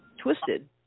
twisted